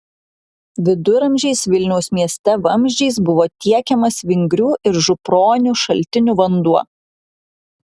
viduramžiais vilniaus mieste vamzdžiais buvo tiekiamas vingrių ir župronių šaltinių vanduo